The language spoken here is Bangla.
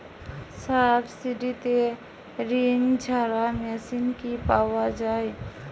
সাবসিডিতে ধানঝাড়া মেশিন কি পাওয়া য়ায়?